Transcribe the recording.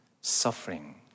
suffering